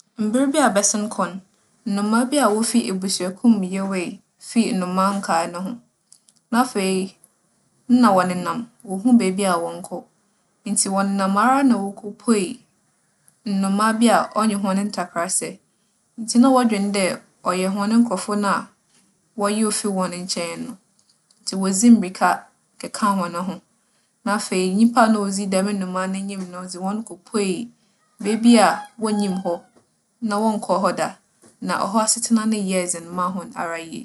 Mber bi a abɛsen kͻ no, nnomaa bi a wofi ebusuakuw mu yewee fii nnomaa nkaa no ho. Na afei, nna wͻnenam, wonnhu beebi a wͻnkͻ. Ntsi wͻnenam ara na wokopuee nnomaa bi a ͻnye hͻn ntakra sɛ ntsi na wͻdwen dɛ ͻyɛ hͻn nkorͻfo no a wͻyeew fii hͻn nkyɛn no. Ntsi wodzii mbirika kɛkaa hͻnho. Na afei, nyimpa a nna odzi dɛm nnomaa no enyim no dze hͻn kopuee beebi a wonnyim hͻ na wͻnnkͻr hͻ da. Na hͻ asetsena no yɛɛ dzen maa hͻn ara yie.